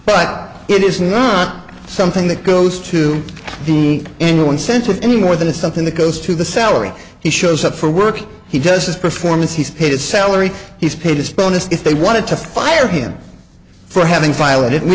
but it is not something that goes to the in one sense of any more than something that goes to the salary he shows up for work he does his performance he's paid his salary he's paid his bonus if they wanted to fire him for having